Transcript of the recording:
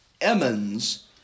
Emmons